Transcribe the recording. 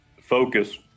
focus